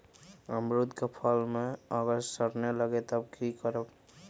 अमरुद क फल म अगर सरने लगे तब की करब?